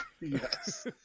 Yes